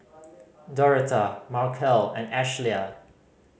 Doretha Markel and Ashlea